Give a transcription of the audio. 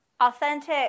authentic